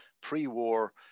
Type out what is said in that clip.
pre-war